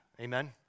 Amen